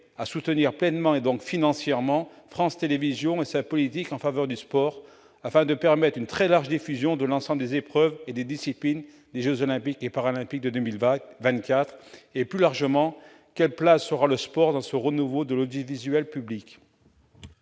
à soutenir pleinement, et donc financièrement, France Télévisions et sa politique en faveur du sport, afin de permettre une très large diffusion de l'ensemble des épreuves et des disciplines des jeux Olympiques et Paralympiques de 2024 ? Plus largement, quelle place aura le sport dans ce renouveau de l'audiovisuel public ?